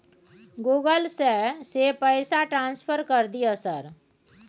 Google से से पैसा ट्रांसफर कर दिय सर?